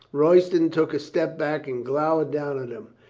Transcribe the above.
royston took a step back and glowered down at him.